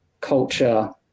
culture